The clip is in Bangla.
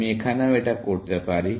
আমি এখানেও এটা করতে পারি